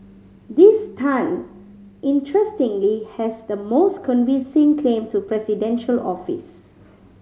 this Tan interestingly has the most convincing claim to presidential office